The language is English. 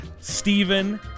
Stephen